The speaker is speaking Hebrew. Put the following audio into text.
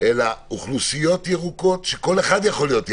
אלא אוכלוסיות ירוקות, כשכל אחד יכול להיות ירוק.